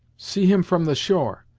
see him from the shore.